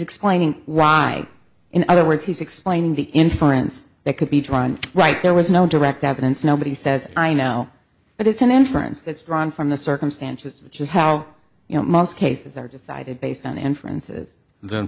explaining why in other words he's explaining the inference that could be drawn right there was no direct evidence nobody says i know but it's an inference that's drawn from the circumstances which is how you know most cases are decided based on inferences